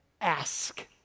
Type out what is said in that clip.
ask